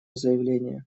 заявления